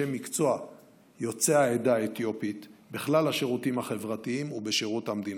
מקצוע יוצאי העדה האתיופית בכלל השירותים החברתיים ובשירות המדינה.